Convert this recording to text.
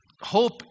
hope